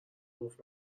گفت